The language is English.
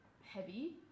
heavy